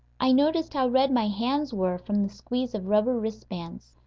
i noticed how red my hands were from the squeeze of rubber wrist-bands.